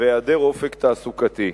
והיעדר אופק תעסוקתי,